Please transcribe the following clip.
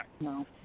No